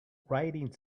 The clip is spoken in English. writing